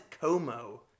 Como